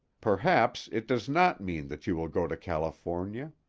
perhaps it does not mean that you will go to california.